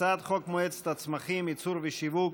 הצעת חוק מועצת הצמחים (ייצור ושיווק)